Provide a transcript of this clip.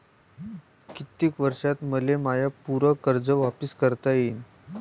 कितीक वर्षात मले माय पूर कर्ज वापिस करता येईन?